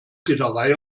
reederei